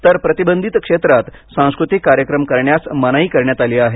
तर प्रतिबंधित क्षेत्रात सांस्कृतिक कार्यक्रम करण्यास मनाई करण्यात आली आहे